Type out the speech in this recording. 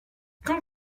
quand